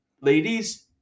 ladies